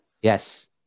Yes